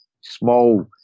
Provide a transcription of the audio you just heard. small